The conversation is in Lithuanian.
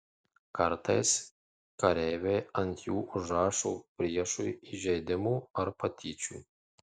kartais kareiviai ant jų užrašo priešui įžeidimų ar patyčių